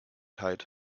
height